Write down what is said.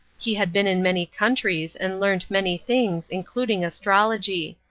he had been in many countries and learnt many things, including astrology.